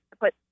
put